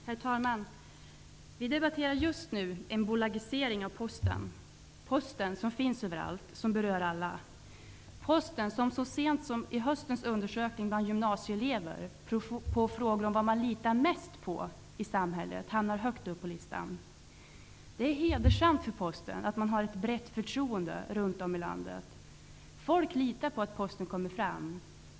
Herr talman! Vi debatterar just nu en bolagisering av Posten, Posten som finns överallt och som berör alla. Så sent som denna höst gjordes en undersökning bland gymnasieelever. De fick svara på frågor om vad de mest litade på i samhället. Posten hamnade högt upp på listan. Det är hedersamt för Posten att ha ett brett förtroende runt om i landet. Folk litar på att posten kommer fram.